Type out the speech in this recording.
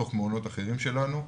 בתוך מעונות אחרים שלנו.